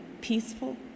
peaceful